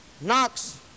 Knox